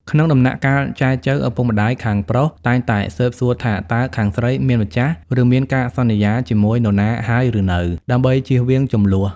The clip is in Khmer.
ក្នុងដំណាក់កាលចែចូវ ឪពុកម្ដាយខាងប្រុសតែងតែស៊ើបសួរថាតើខាងស្រី "មានម្ចាស់ ឬមានការសន្យាជាមួយនរណាហើយឬនៅ" ដើម្បីចៀសវាងជម្លោះ។